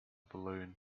balloon